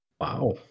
Wow